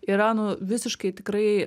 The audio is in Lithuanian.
yra nu visiškai tikrai